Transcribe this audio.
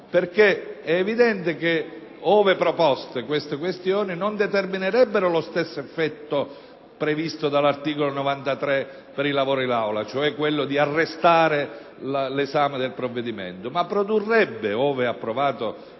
perché è evidente che, ove proposte, queste questioni non determinerebbero lo stesso effetto previsto dall'articolo 93 per i lavori d'Aula, cioè quello di arrestare l'esame del provvedimento, ma una questione